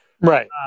Right